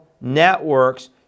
networks